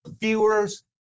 viewers